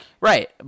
Right